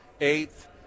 eighth